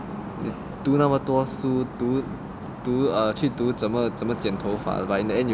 读那么多书读 err 去读怎么怎么剪头发 but in the end you cut until like